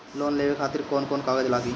Loan लेवे खातिर कौन कौन कागज लागी?